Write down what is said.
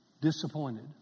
disappointed